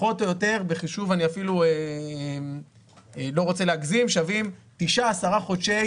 פחות או יותר בחישוב אני אפילו לא רוצה להגזים 10-9 חודשי